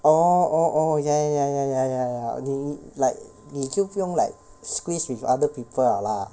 oh oh oh ya ya ya ya ya ya ya 你你 like 你就不用 like squeeze with other people liao lah